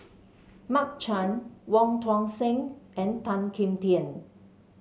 Mark Chan Wong Tuang Seng and Tan Kim Tian